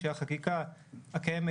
שהחקיקה הקיימת,